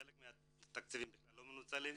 שחלק מהתקציבים כלל לא מנוצלים.